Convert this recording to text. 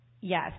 yes